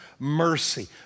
Mercy